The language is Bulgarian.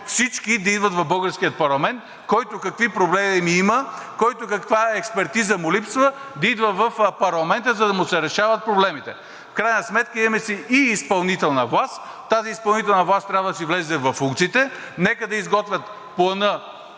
всички да идват в българския парламент. Който каквито проблеми има, на кой каквато експертиза му липсва, да идва в парламента, за да му се решават проблемите. В крайна сметка имаме си и изпълнителна власт. Тази изпълнителна власт трябва да си влезе във функциите. Нека да изготвят плана,